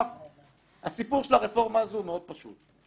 הסיפור של הרפורמה הזאת מאוד פשוט.